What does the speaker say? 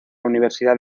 universidad